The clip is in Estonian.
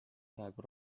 peaaegu